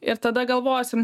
ir tada galvosim